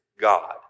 God